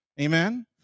Amen